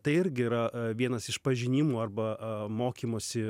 tai irgi yra vienas iš pažinimų arba mokymosi